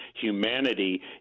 humanity